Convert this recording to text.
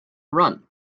run